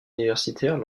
universitaires